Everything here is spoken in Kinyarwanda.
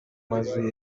mazu